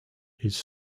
his